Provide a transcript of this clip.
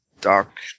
dark